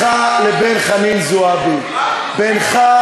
לא, בבקשה,